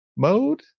Mode